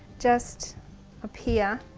just appear,